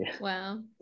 Wow